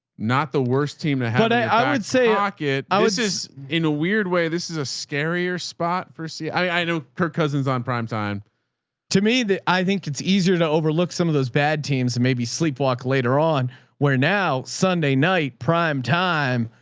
not the worst team that had, i i would say ah like i was just in a weird way. this is a scarier spot for see, i know per cousins on prime time to me that i think it's easier to overlook some of those bad teams and maybe sleepwalk later on where now? sunday, night, prime time.